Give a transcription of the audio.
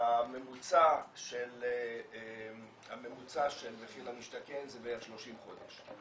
הממוצע של מחיר להשתכן זה בערך 30 חודש.